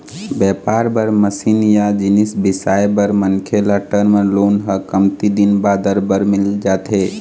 बेपार बर मसीन या जिनिस बिसाए बर मनखे ल टर्म लोन ह कमती दिन बादर बर मिल जाथे